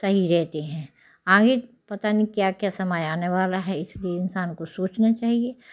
सही रहते है आगे पता नहीं क्या क्या समय आने वाला है इसलिए इंसान को सोचना चाहिए